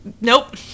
nope